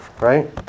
right